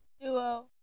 duo